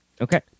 Okay